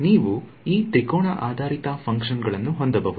ನೀವು ಈ ತ್ರಿಕೋನ ಆಧಾರಿತ ಫಂಕ್ಷನ್ ಗಳನ್ನು ಹೊಂದಬಹುದು